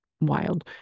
wild